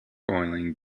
boiling